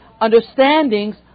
understandings